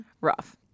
Rough